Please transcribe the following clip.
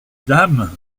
dames